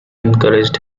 encouraged